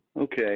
Okay